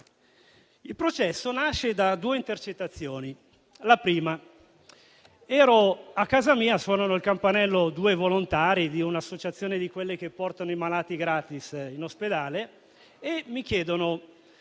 Il processo nasce da due intercettazioni. La prima: ero a casa mia. Suonano il campanello due volontari di un'associazione di quelle che trasportano i malati gratis in ospedale. Mi chiedono